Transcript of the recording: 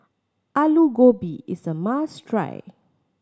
Alu Gobi is a must try